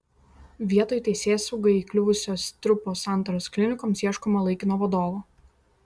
vietoj teisėsaugai įkliuvusio strupo santaros klinikoms ieškoma laikino vadovo